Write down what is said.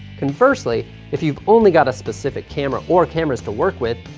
conversely, if you've only got a specific camera or cameras to work with,